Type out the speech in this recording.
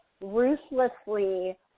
ruthlessly